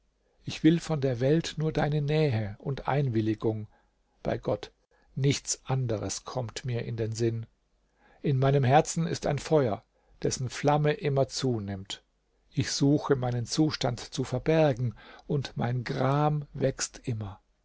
ich will von der welt nur deine nähe und einwilligung bei gott nichts anderes kommt mir in den sinn in meinem herzen ist ein feuer dessen flamme immer zunimmt ich suche meinen zustand zu verbergen und mein gram wächst immer